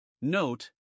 Note